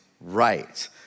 right